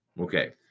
Okay